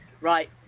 right